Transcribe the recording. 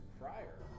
prior